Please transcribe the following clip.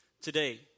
today